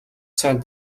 сайн